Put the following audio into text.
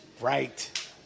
Right